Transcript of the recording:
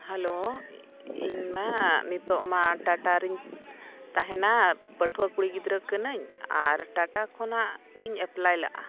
hello ᱤᱧᱢᱟ ᱱᱤᱛᱳᱜᱼᱢᱟ ᱴᱟᱴᱟᱨᱤᱧ ᱛᱟᱦᱮᱱᱟ ᱯᱟᱹᱴᱷᱩᱣᱟᱹ ᱠᱩᱲᱤ ᱜᱤᱫᱽᱨᱟᱹ ᱠᱟᱹᱱᱟᱹᱧ ᱟᱨ ᱴᱟᱴᱟ ᱠᱷᱚᱱᱟᱜ ᱜᱤᱧ ᱮᱯᱞᱟᱭ ᱞᱟᱜᱼᱟ